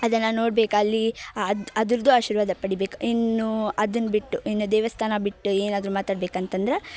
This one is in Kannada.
ಅದನ್ನು ನೋಡಬೇಕಲ್ಲಿ ಅದು ಅದರದ್ದು ಆಶೀರ್ವಾದ ಪಡಿಬೇಕು ಇನ್ನೂ ಅದನ್ನು ಬಿಟ್ಟು ಇನ್ನು ದೇವಸ್ಥಾನ ಬಿಟ್ಟು ಏನಾದರೂ ಮಾತಾಡ್ಬೇಕು ಅಂತಂದ್ರೆ